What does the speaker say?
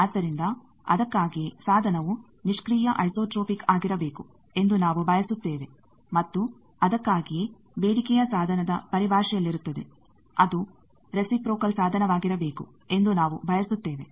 ಆದ್ದರಿಂದ ಅದಕ್ಕಾಗಿಯೇ ಸಾಧನವು ನಿಷ್ಕ್ರಿಯ ಐಸೋಟ್ರೋಪಿಕ್ ಆಗಿರಬೇಕು ಎಂದು ನಾವು ಬಯಸುತ್ತೇವೆ ಮತ್ತು ಅದಕ್ಕಾಗಿಯೇ ಬೇಡಿಕೆಯು ಸಾಧನದ ಪರಿಭಾಷೆಯಲ್ಲಿರುತ್ತದೆ ಅದು ರೆಸಿಪ್ರೋಕಲ್ ಸಾಧನವಾಗಿರಬೇಕು ಎಂದು ನಾವು ಬಯಸುತ್ತೇವೆ